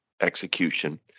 execution